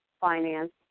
finance